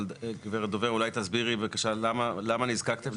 אבל גברת דובר, אולי תסבירי בבקשה למה נזקקתם?